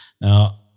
Now